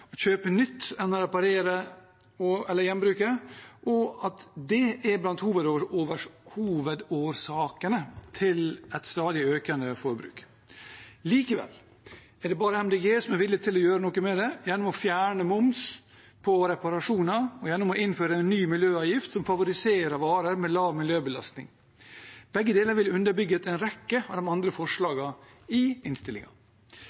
kjøpe nytt enn å reparere eller gjenbruke, og at det er blant hovedårsakene til et stadig økende forbruk. Likevel er det bare Miljøpartiet De Grønne som er villig til å gjøre noe med det, gjennom å fjerne momsen på reparasjoner og innføre en ny miljøavgift som favoriserer varer med lav miljøbelastning. Begge deler ville underbygget en rekke av de andre